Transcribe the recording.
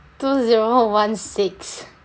two zero one six